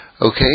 Okay